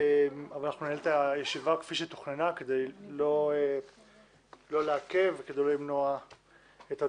אבל אנחנו ננהל את הישיבה כפי שתוכננה כדי לא לעכב ולא למנוע את הדיון.